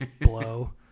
blow